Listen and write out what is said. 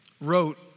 wrote